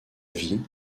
vie